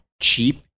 cheap